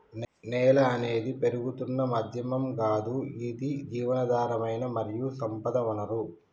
నేల అనేది పెరుగుతున్న మాధ్యమం గాదు ఇది జీవధారమైన మరియు సంపద వనరు